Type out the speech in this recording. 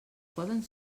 poden